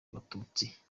abatutsi